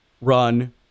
run